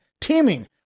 teaming